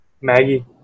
Maggie